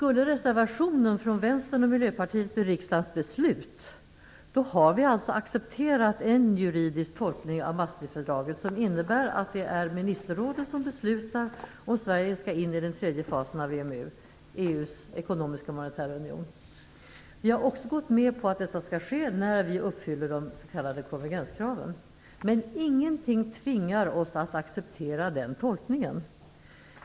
Om reservationen från Vänstern och Miljöpartiet skulle bli riksdagens beslut, har vi alltså accepterat en juridisk tolkning av Maastrichtfördraget som innebär att ministerrådet beslutar om Sverige skall in i den tredje fasen av EMU, EU:s ekonomiska och monetära union. Vi har också gått med på att detta skall ske när vi uppfyller de s.k. konvergenskraven. Men ingenting tvingar oss att acceptera den tolkningen.